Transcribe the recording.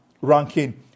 ranking